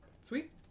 Sweet